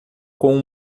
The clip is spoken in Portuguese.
com